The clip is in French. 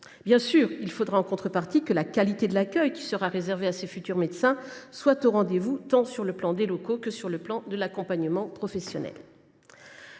Bien sûr, il faudra en contrepartie que la qualité de l’accueil réservé à ces futurs médecins soit au rendez vous, sur le plan tant des locaux que de l’accompagnement professionnel.